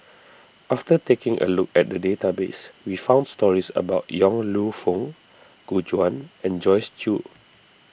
after taking a look at the database we found stories about Yong Lew Foong Gu Juan and Joyce Jue